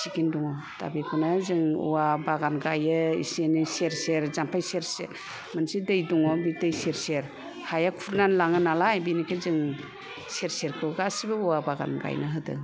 थिगैनो दं दा बेखौनो जों औवा बागान गायो इसे एनै सेर सेर जाम्फै सेर सेर मोनसे दै दङ बे दै सेर सेर हाया खुरनानै लाङो नालाय बेनिखायनो जों दै सेर सेर खौ गासैबो औवा बागान गायना होदों